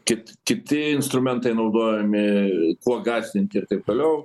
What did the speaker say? kit kiti instrumentai naudojami kuo gąsdinti ir taip toliau